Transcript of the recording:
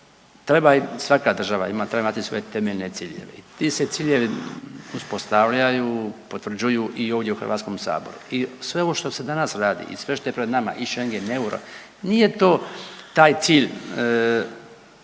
svaka država treba imati svoje temeljne ciljeve i ti se ciljevi uspostavljaju, potvrđuju i ovdje u HS-u i sve ovo što se danas radi i sve što je pred nama i Schengen, euro nije to taj cilj